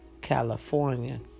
California